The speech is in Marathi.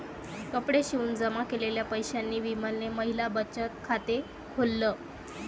कपडे शिवून जमा केलेल्या पैशांनी विमलने महिला बचत खाते खोल्ल